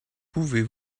pouvez